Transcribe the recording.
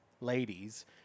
ladies